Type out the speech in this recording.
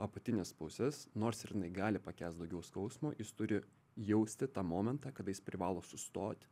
apatinės pusės nors ir jinai gali pakęst daugiau skausmo jis turi jausti tą momentą kada jis privalo sustot